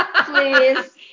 Please